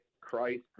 Christ